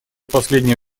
последнее